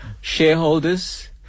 shareholders